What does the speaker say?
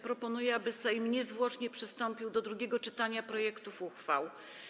Proponuję, aby Sejm niezwłocznie przystąpił do drugiego czytania projektów uchwał.